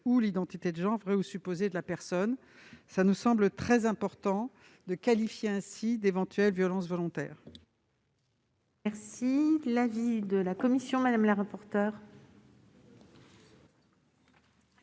ou l'identité de genre, vraie ou supposée, de la personne. Il nous semble très important de qualifier ainsi d'éventuelles violences volontaires. Quel est l'avis de la commission ? Le rétablissement